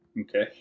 Okay